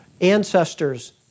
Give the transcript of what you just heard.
ancestors